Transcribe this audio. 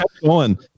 One